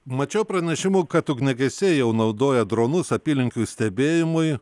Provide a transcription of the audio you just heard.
mačiau pranešimų kad ugniagesiai jau naudoja dronus apylinkių stebėjimui